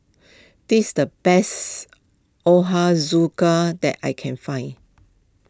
this the best Ochazuke that I can find